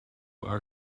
our